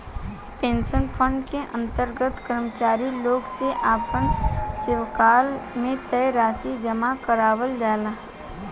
pension fund के अंतर्गत कर्मचारी लोग से आपना सेवाकाल में तय राशि जामा करावल जाला